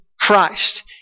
Christ